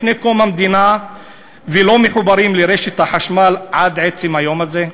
מלפני קום המדינה לא מחוברים לרשת החשמל עד עצם היום הזה?